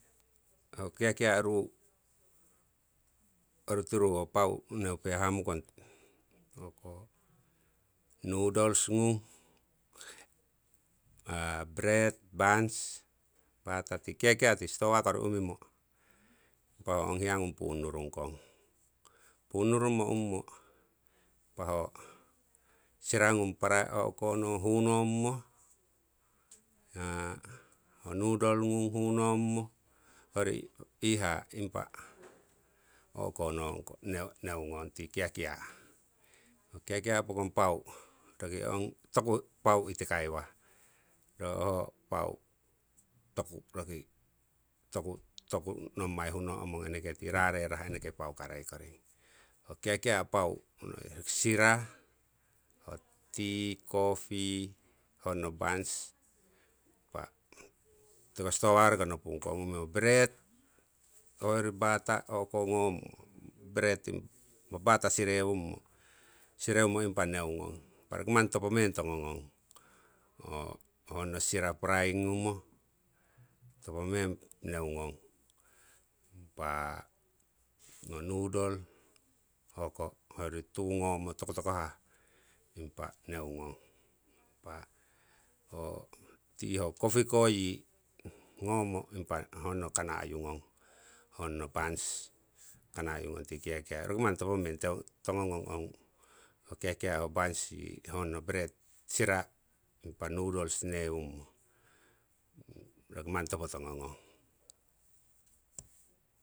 Kiakia' ru orutiru ho pau neu pe hamukong ho noodles ngung, bread, buns, tii kiakia' tii stowa kori umimo ho ong hiya ngung punnurung kong. Punnurumo umumo impa ho sira ngung parai o'ko hunnommo, ho noodle ngung hunnomo hoyori iihaa impa o'konong neungong tii kiakia. Ho kiakia pokong pau roki ong toku pau itikaiwah, roki ong pau nommai toku huno' mong, eneke ti rarerah eneke paukarei koring. Ho kiakia pau roki sira, tea, coffee, honno buns impa tiko stowa koriko nopung kong umimo. Bread hoyori butter o'konommo, ho bread ho butter sireumo neu ngong imap roki mani topo meng tongo ngong. Honno sira paraiying ngumo topo meng neungong, impa ho noodle hoyori tuu ngomo tokotokohah impa neungong, tea ho kopiko yi gnomo honno buns kana'yu ngong, honno buns kana'yungong ti kiakia. Roki manni topo meng tongo ngong ho buns honno sira impa noodles newum'o, roki manni topo tongo ngong.